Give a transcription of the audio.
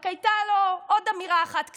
רק הייתה לו עוד אמירה אחת קטנה: